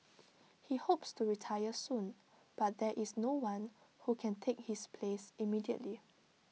he hopes to retire soon but there is no one who can take his place immediately